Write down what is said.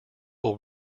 will